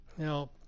Now